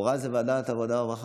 לכאורה זו ועדת העבודה והרווחה.